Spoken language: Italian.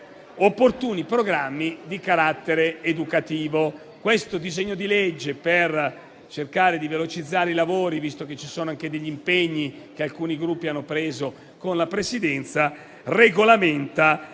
opportuni programmi di carattere educativo. Il disegno di legge al nostro esame - per cercare di velocizzare i lavori, visto che ci sono anche degli impegni che alcuni Gruppi hanno preso con la Presidenza - regolamenta